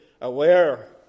aware